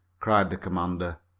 cried the commander.